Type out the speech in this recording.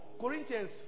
Corinthians